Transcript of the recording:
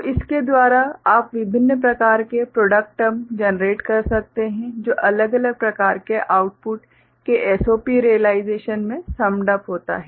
तो इसके द्वारा आप विभिन्न प्रकार के प्रॉडक्ट टर्म जनरेट कर सकते हैं जो अलग अलग प्रकार के आउटपुट के SOP रियलाइजेशन में सम्ड अप होता है